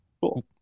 Cool